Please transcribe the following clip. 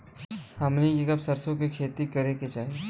हमनी के कब सरसो क खेती करे के चाही?